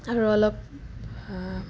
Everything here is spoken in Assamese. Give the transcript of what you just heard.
আৰু অলপ